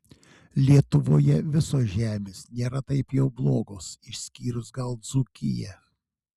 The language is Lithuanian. lietuvoje visos žemės nėra taip jau blogos išskyrus gal dzūkiją